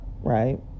right